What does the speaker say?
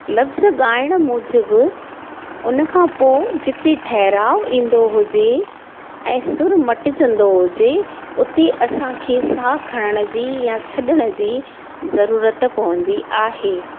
लफ़्ज़ गाइण मूजिबि उन खां पोइ जिते ठहराउ ईंदो हुजे ऐं सुरु मटिजंदो हुजे उते असांखे साहु खणण जी या छॾण जी ज़रूरुत पवंदी आहे